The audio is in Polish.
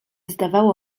zdawało